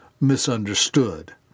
misunderstood